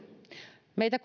meitä